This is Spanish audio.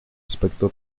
aspecto